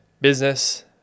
business